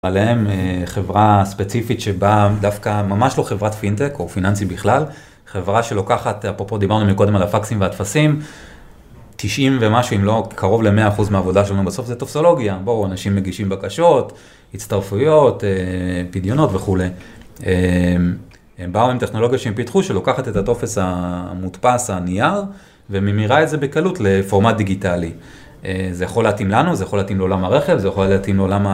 עליהם חברה ספציפית שבאה, דווקא ממש לא חברת פינטק או פיננסי בכלל, חברה שלוקחת, אפרופו דיברנו קודם על הפקסים והטפסים, 90 ומשהו אם לא קרוב ל-100 אחוז מהעבודה שלנו בסוף זה טופסולוגיה, בואו אנשים מגישים בקשות, הצטרפויות, פדיונות וכולי. הם באו עם טכנולוגיה שהם פיתחו שלוקחת את הטופס המודפס, הניהר, וממירה את זה בקלות לפורמט דיגיטלי. זה יכול להתאים לנו, זה יכול להתאים לעולם הרכב, זה יכול להתאים לעולם ה...